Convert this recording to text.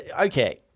okay